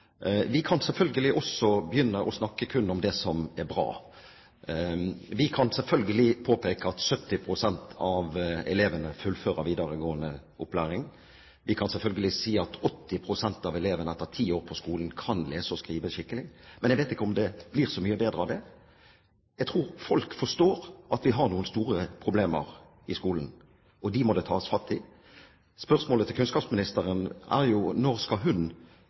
Vi kan selvfølgelig begynne å snakke kun om det som er bra. Vi kan selvfølgelig påpeke at 70 pst. av elevene fullfører videregående opplæring. Vi kan selvfølgelig si at 80 pst. av elevene etter ti år på skolen kan lese og skrive skikkelig. Men jeg vet ikke om det blir så mye bedre av det. Jeg tror folk forstår at vi har noen store problemer i skolen, og dem må det tas fatt i. Spørsmålet til kunnskapsministeren er da: Når skal hun